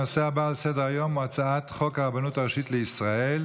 הנושא הבא על סדר-היום הוא הצעת חוק הרבנות הראשית לישראל,